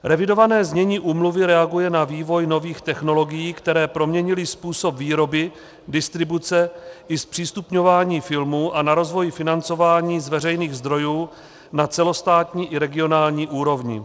Revidované znění úmluvy reaguje na vývoj nových technologií, které proměnily způsob výroby, distribuce i zpřístupňování filmů a na rozvoj financování z veřejných zdrojů na celostátní i regionální úrovni.